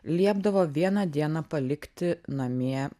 liepdavo vieną dieną palikti namie